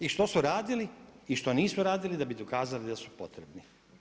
I što su radili i što nisu radili da bi dokazali da su potrebni.